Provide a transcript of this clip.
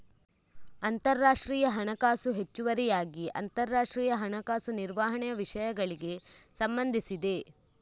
ಅಂತರರಾಷ್ಟ್ರೀಯ ಹಣಕಾಸು ಹೆಚ್ಚುವರಿಯಾಗಿ ಅಂತರರಾಷ್ಟ್ರೀಯ ಹಣಕಾಸು ನಿರ್ವಹಣೆಯ ವಿಷಯಗಳಿಗೆ ಸಂಬಂಧಿಸಿದೆ